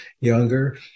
younger